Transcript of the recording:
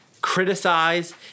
criticize